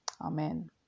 Amen